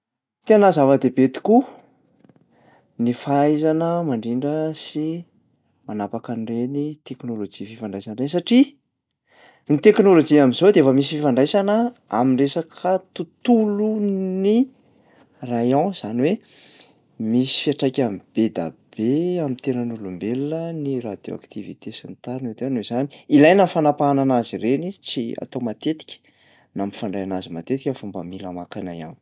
Tena zava-dehibe tokoa ny fahaizana mandrindra sy manapaka an'reny teknôlôjia fifandraisana reny satria ny teknôlôjia am'zao dia efa misy fifandraisana am'resaka tontolon'ny rayon, zany hoe misy fiantraikany be da be am'tenan'olombelona ny radioactivité sy ny tariny le teo, noho izany ilaina ny fanapahana anazy ireny tsy atao matetika na mifandray anazy matetika fa mba mila maka aina ihany koa.